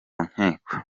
nkiko